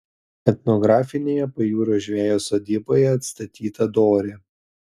etnografinėje pajūrio žvejo sodyboje atstatyta dorė